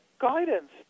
guidance